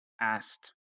asked